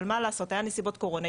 אבל מה לעשות היה נסיבות קורונה,